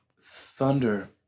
Thunder